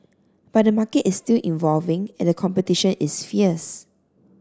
but the market is still evolving and competition is fierce